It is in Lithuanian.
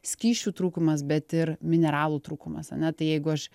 skysčių trūkumas bet ir mineralų trūkumas ane tai jeigu aš